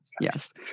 yes